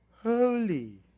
holy